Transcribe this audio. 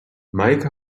meike